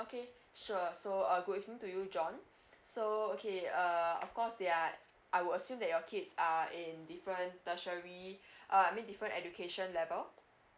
okay sure so uh good evening to you john so okay err of course they are I will assume that your kids are in different tertiary uh I mean different education level